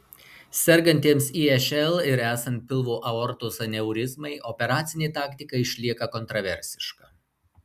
sergantiems išl ir esant pilvo aortos aneurizmai operacinė taktika išlieka kontraversiška